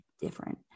different